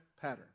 pattern